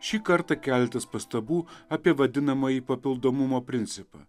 šį kartą keletas pastabų apie vadinamąjį papildomumo principą